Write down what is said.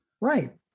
right